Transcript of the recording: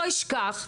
אבל אני לא אשכח,